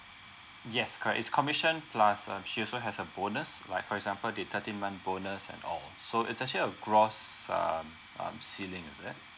yes correct is commission plus um she also has a bonus like for example the thirteen month bonus and all so it's actually a gross um um ceilings is it